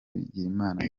bigirimana